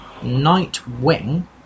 Nightwing